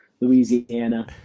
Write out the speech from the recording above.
Louisiana